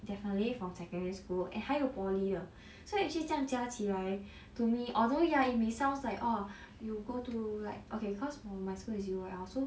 definitely from secondary school and 还有 poly 的 so actually 这样加起来 to me although ya it may sounds like orh you go to like okay cause for my school is U_O_L